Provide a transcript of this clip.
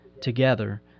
together